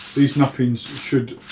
these muffins should